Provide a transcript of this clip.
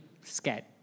scared